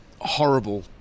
horrible